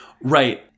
Right